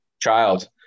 child